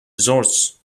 resorts